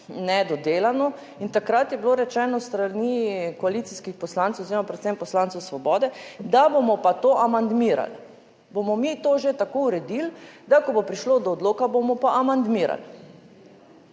nedodelano in takrat je bilo rečeno s strani koalicijskih poslancev oziroma predvsem poslancev Svobode, da bomo pa to amandmirali. Bomo mi to že tako uredili, da ko bo prišlo do odloka, bomo pa amandmirali.